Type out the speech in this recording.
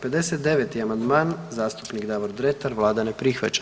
59. amandman zastupnik Davor Dretar, Vlada ne prihvaća.